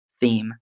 theme